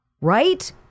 Right